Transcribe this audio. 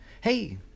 Hey